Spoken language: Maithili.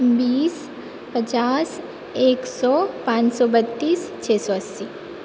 बीस पचास एक सए पान सए बत्तीस छह सए अस्सी